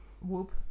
whoop